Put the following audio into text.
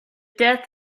death